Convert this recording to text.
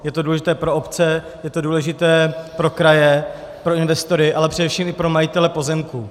Je to důležité pro obce, je to důležité pro kraje, pro investory, ale především i pro majitele pozemků.